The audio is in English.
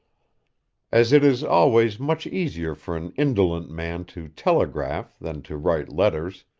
as it is always much easier for an indolent man to telegraph than to write letters,